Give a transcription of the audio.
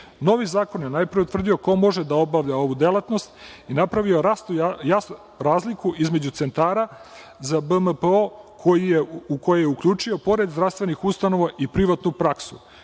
njih. Novi zakon je najpre utvrdio ko može da obavlja ovu delatnosti i napravio jasnu razliku između centara za BMPO koji je uključio, pored zdravstvenih ustanova, i privatnu praksu,